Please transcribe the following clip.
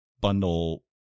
bundle